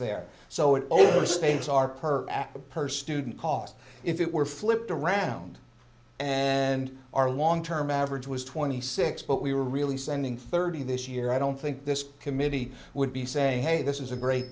there so it overstates our per act per student cost if it were flipped around and our long term average was twenty six but we were really sending thirty this year i don't think this committee would be saying hey this is a great